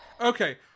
Okay